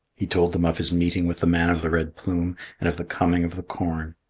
he told them of his meeting with the man of the red plume and of the coming of the corn.